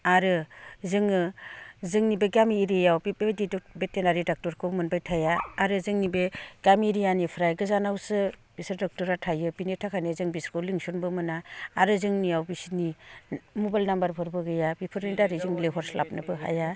आरो जोङो जोंनि बे गामि एरियायाव बेबायदि भेटेनारि डक्ट'रखौ मोनबाय थाया आरो जोंनि बे गामि एरियानिफ्राय गोजानावसो बिसोर डक्ट'रा थायो बेनि थाखायनो जों बिसोरखौ लिंसनाबो मोना आरो जोंनियाव बिसोरनि मबाइल नाम्बारफोरबो गैया बेफोरनि दारै जों लिंहरस्लाबनोबो हाया